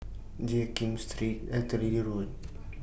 Jiak Kim Street Artillery Road